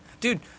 Dude